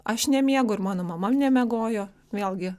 aš nemiegu ir mano mama nemiegojo vėlgi